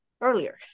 earlier